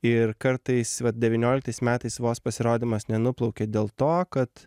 ir kartais va devynioliktais metais vos pasirodymas nenuplaukė dėl to kad